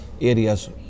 areas